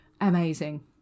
amazing